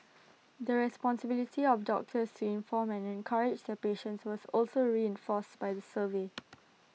the responsibility of doctors to inform and encourage their patients was also reinforced by the survey